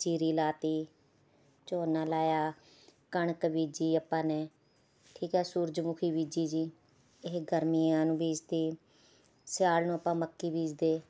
ਜ਼ੀਰੀ ਲਗਾ ਦਿੱਤੀ ਝੋਨਾ ਲਾਇਆ ਕਣਕ ਬੀਜੀ ਆਪਾਂ ਨੇ ਠੀਕ ਹੈ ਸੂਰਜਮੁਖੀ ਬੀਜੀ ਜੀ ਇਹ ਗਰਮੀਆਂ ਨੂੰ ਬੀਜ ਦਿੱਤੀ ਸਿਆਲ ਨੂੰ ਆਪਾਂ ਮੱਕੀ ਬੀਜਦੇ